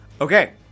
Okay